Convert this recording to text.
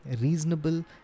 reasonable